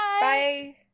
bye